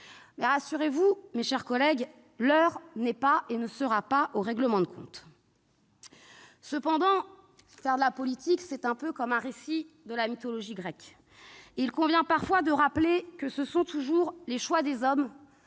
Rassurez-vous, mes chers collègues, l'heure n'est pas et ne sera pas aux règlements de compte ! Cela étant, faire de la politique, c'est un peu comme un récit de la mythologie grecque : il convient parfois de rappeler que ce sont toujours les choix des hommes